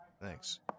Thanks